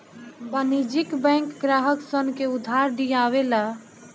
वाणिज्यिक बैंक ग्राहक सन के उधार दियावे ला